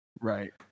right